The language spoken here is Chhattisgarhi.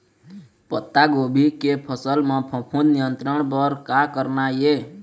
पत्तागोभी के फसल म फफूंद नियंत्रण बर का करना ये?